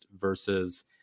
versus